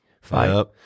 fight